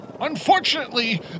Unfortunately